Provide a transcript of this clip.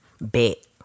bet